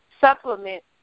supplement